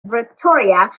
victoria